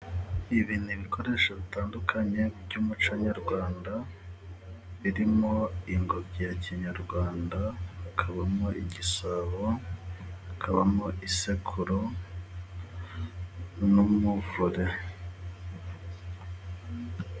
Ibi nibikoresho bitandukanye by'umuco nyarwanda, birimo ingobyi ya kinyarwanda, hakabamo igisabo, hakabamo isekuro, n'umuvure.